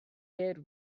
did